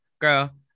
girl